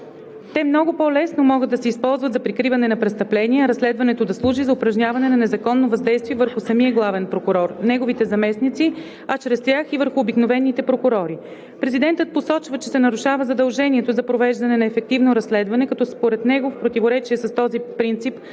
те много по-лесно могат да се използват за прикриване на престъпление, а разследването да служи за упражняване на незаконно въздействие върху самия главен прокурор, неговите заместници, а чрез тях и върху обикновените прокурори. Президентът посочва, че се нарушава задължението за провеждане на ефективно разследване, като според него в противоречие с този принцип